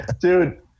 Dude